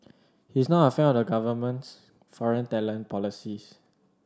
he is not a fan of the government's foreign talent policies